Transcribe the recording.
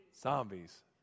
Zombies